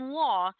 law